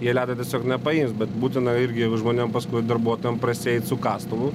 jie ledo tiesiog nepaims bet būtina irgi žmonėm paskui darbuotojam prasieit su kastuvu